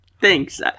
Thanks